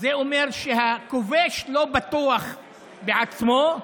זה אומר שהכובש לא בטוח בעצמו,